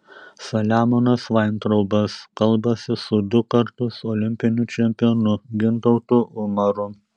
saliamonas vaintraubas kalbasi su du kartus olimpiniu čempionu gintautu umaru